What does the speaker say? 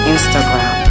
Instagram